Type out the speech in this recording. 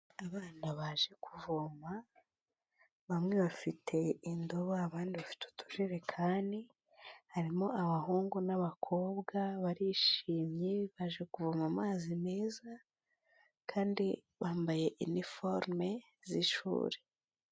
Abana baje kuvoma, bamwe bafite indobo abandi bafite utujerekani, harimo abahungu n'abakobwa, barishimye baje kuvoma amazi meza kandi bambaye iniforume z'ishuri.